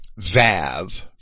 Vav